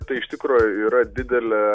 tai iš tikro yra didelė